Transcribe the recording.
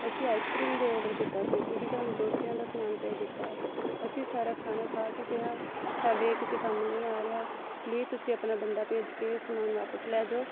ਅਸੀਂ ice cream ਦੇ order ਕੀਤਾ ਸੀ ਤੁਸੀਂ ਸਾਨੂੰ ਡੋਸਿਆਂ ਦਾ ਸਮਾਨ ਭੇਜ ਦਿੱਤਾ ਹੈ ਅਸੀਂ ਸਾਰਾ ਖਾਣਾ ਖਾ ਚੁੱਕੇ ਹਾਂ ਸਾਡੇ ਕਿਸੇ ਕੰਮ ਨਹੀਂ ਆ ਰਿਹਾ ਪਲੀਜ਼ ਤੁਸੀਂ ਆਪਣਾ ਬੰਦਾ ਭੇਜ ਕੇ ਸਮਾਨ ਵਾਪਸ ਲੈ ਜਾਉ